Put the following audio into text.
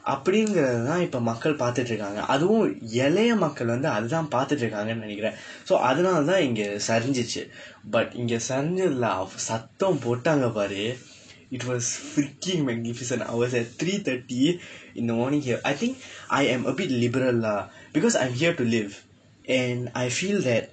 அப்படிகிறதான் இப்போ மக்கள் பார்த்துட்டு இருக்காங்க அதுவும் இளைய மக்கள் வந்து அதை தான் பார்த்துட்டு இருக்காங்கனு நினைக்கிறேன்:appadikirathaan ippoo makkal parththutdu irukkaangka athuvum ilaiya makkal vandthu athai thaan paarththutdu irukkaangkanu ninaikkireen so அதனால தான் இங்க சரிஞ்சிச்சு:athanaala thaan ingka sarinjsichsu but இங்க சரிஞ்சதில சத்தம் போட்டாங்க பாரு:ingka sarinjsathila saththam potdaangka paaru it was freaking magnificent I was at three thirty in the morning here I think I am a bit liberal lah because I'm here to live and I feel that